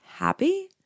Happy